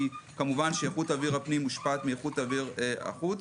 כמובן שאיכות אוויר הפנים מושפעת מאיכות אוויר החוץ.